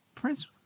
Prince